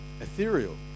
ethereal